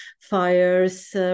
fires